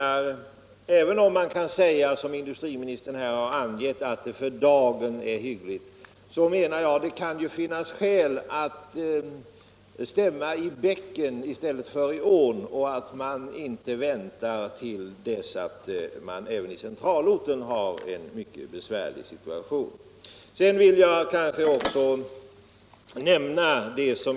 Även om man som industriministern här har angett kan säga att läget för dagen är hyggligt, anser jag ändå att det kan finnas skäl att hellre stämma i bäcken än i ån. Man bör inte vänta till dess att det även i centralorten har uppstått en mycket besvärlig situation.